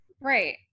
Right